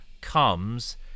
comes